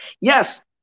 Yes